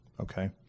okay